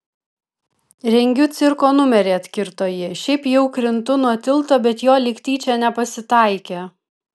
rengiu cirko numerį atkirto ji šiaip jau krintu nuo tilto bet jo lyg tyčia nepasitaikė